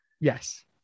Yes